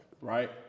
Right